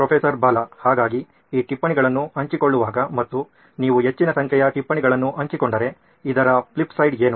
professor Bala ಹಾಗಾಗಿ ಈ ಟಿಪ್ಪಣಿಗಳನ್ನು ಹಂಚಿಕೊಳ್ಳುವಾಗ ಮತ್ತು ನೀವು ಹೆಚ್ಚಿನ ಸಂಖ್ಯೆಯ ಟಿಪ್ಪಣಿಗಳನ್ನು ಹಂಚಿಕೊಂಡರೆ ಇದರ ಫ್ಲಿಪ್ ಸೈಡ್ ಏನು